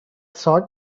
sort